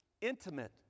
intimate